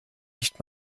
nicht